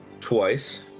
twice